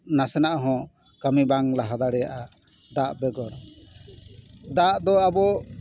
ᱱᱟᱥᱮᱱᱟᱜ ᱦᱚᱸ ᱠᱟᱹᱢᱤ ᱵᱟᱝ ᱞᱟᱦᱟ ᱫᱟᱲᱮᱭᱟᱜᱼᱟ ᱫᱟᱜ ᱵᱮᱜᱚᱨ ᱫᱟᱜ ᱫᱚ ᱟᱵᱚ